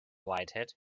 whitehead